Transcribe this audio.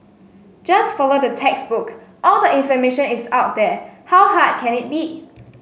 just follow the textbook all the information is out there how hard can it be